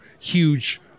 huge